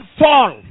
fall